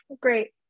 Great